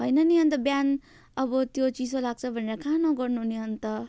हैन नि अनि त बिहान अब त्यो चिसो लाग्छ भनेर कहाँ नगर्नु नि अनि त